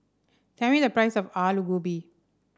tell me the price of Alu Gobi